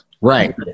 Right